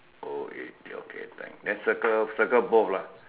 O A T okay thanks then circle circle both lah